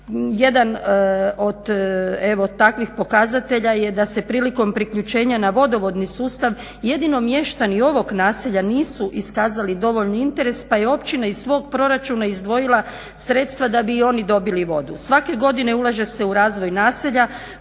Jedan od evo takvih pokazatelja je da se prilikom priključenja na vodovodni sustav jedino mještani ovog naselja nisu iskazali dovoljni interes pa je općina iz svog proračuna izdvojila sredstva da bi i oni dobili vodu. Svake godine ulaže se u razvoj naselja